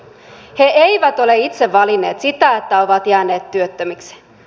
he eivät ole itse valinneet sitä että ovat jääneet työttömiksi